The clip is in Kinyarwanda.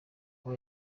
aho